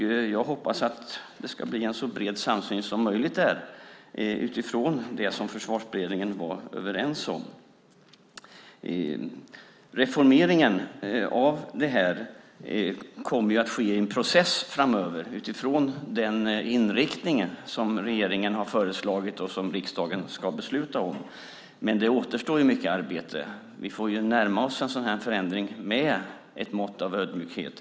Jag hoppas att det ska bli en så bred samsyn som möjligt där, utifrån det som Försvarsberedningen var överens om. Reformeringen kommer ju att ske i en process framöver, utifrån den inriktning som regeringen har föreslagit och som riksdagen ska besluta om. Men det återstår mycket arbete. Vi får närma oss en sådan här förändring med ett mått av ödmjukhet.